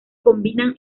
combinan